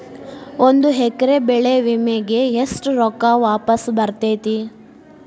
ಒಂದು ಎಕರೆ ಬೆಳೆ ವಿಮೆಗೆ ಎಷ್ಟ ರೊಕ್ಕ ವಾಪಸ್ ಬರತೇತಿ?